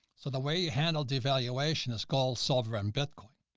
so the way you handled the evaluation is called sovereign bitcoin.